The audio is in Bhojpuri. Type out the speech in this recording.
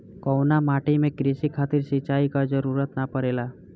कउना माटी में क़ृषि खातिर सिंचाई क जरूरत ना पड़ेला?